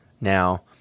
Now